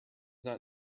not